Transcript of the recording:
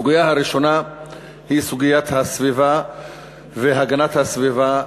הסוגיה הראשונה היא סוגיית הסביבה והגנת הסביבה.